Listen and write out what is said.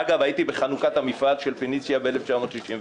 אגב, הייתי בחנוכת מפעל פניציה ב-1964.